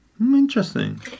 Interesting